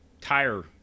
tire